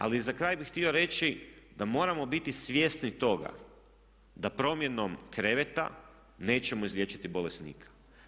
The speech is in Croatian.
Ali za kraj bih htio reći da moramo biti svjesni toga da promjenom kreveta nećemo izliječiti bolesnika.